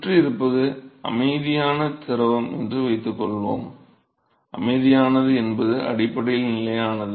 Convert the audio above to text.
சுற்றி இருப்பது அமைதியான திரவம் என்று வைத்துக்கொள்வோம் அமைதியானது என்பது அடிப்படையில் நிலையானது